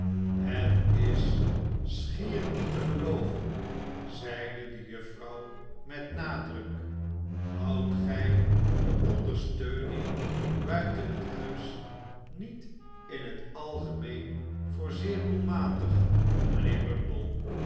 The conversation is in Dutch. het is schier niet te gelooven zeide de juffrouw met nadruk houdt gij de ondersteuning buiten het huis niet in het algemeen voor zeer doelmatig mijnheer bumble